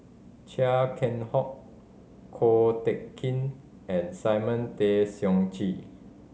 Chia Keng Hock Ko Teck Kin and Simon Tay Seong Chee